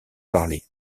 parler